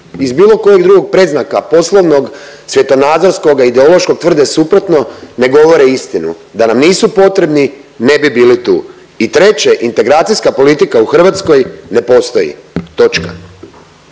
iz bilo kojeg drugog predznaka, poslovnog, svjetonazorskoga, ideološkog tvrde suprotno, ne govore istinu, da nam nisu potrebni, ne bi bili tu. I treće integracijska politika u Hrvatskoj ne postoji. Točka.